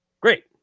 great